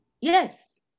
yes